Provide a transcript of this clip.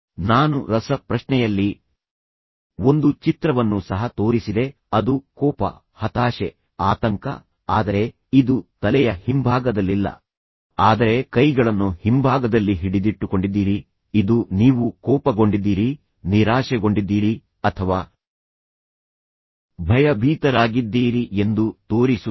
ನಾನು ರಸಪ್ರಶ್ನೆಯಲ್ಲಿ ಒಂದು ಚಿತ್ರವನ್ನು ಸಹ ತೋರಿಸಿದೆ ಅದು ಕೋಪ ಹತಾಶೆ ಆತಂಕ ಆದರೆ ಇದು ತಲೆಯ ಹಿಂಭಾಗದಲ್ಲಿಲ್ಲ ಆದರೆ ಕೈಗಳನ್ನು ಹಿಂಭಾಗದಲ್ಲಿ ಹಿಡಿದಿಟ್ಟುಕೊಂಡಿದ್ದೀರಿ ಇದು ನೀವು ಕೋಪಗೊಂಡಿದ್ದೀರಿ ನಿರಾಶೆಗೊಂಡಿದ್ದೀರಿ ಅಥವಾ ಭಯಭೀತರಾಗಿದ್ದೀರಿ ಎಂದು ತೋರಿಸುತ್ತದೆ